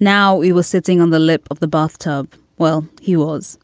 now, he was sitting on the lip of the bathtub while he was